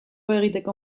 egiteko